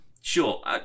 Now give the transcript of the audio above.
Sure